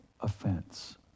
offense